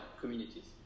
communities